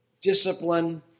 discipline